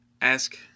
ask